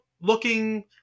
looking